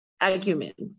arguments